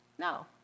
No